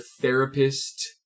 therapist